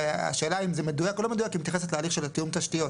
והשאלה של האם זה מדויק או לא מדויק מתייחסת להליך של תיאום תשתיות.